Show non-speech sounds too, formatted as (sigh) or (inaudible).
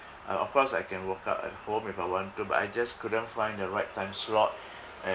uh of course I can work out at home if I want to but I just couldn't find the right time slot (breath)